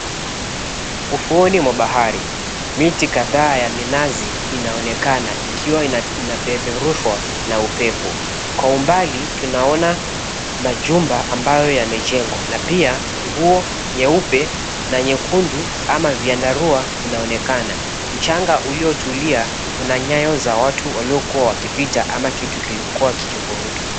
Ufuoni mwa bahari miti kadha ya minazi inaonekana ikiwa inapeperushwa na upepo. Kwa umbali tunaona majumba ambayo yamejengwa na pia nguo nyeupe na nyekundu ama vyandarua vinaonekana. Mchanga uliyotulia kuna nyayo za watu waliokuwa wakipita ama kitu kulikuwa kikivurutwa.